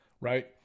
right